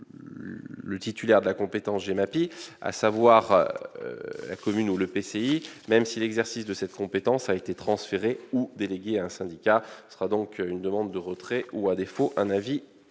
le titulaire de la compétence GEMAPI, à savoir la commune ou l'EPCI, même si l'exercice de cette compétence a été transféré ou délégué à un syndicat. Ce sera donc une demande de retrait ou, à défaut, un avis